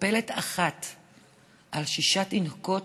מטפלת אחת על שישה תינוקות,